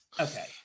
Okay